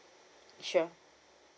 sure